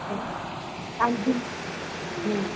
हूं तव्हांजी हूं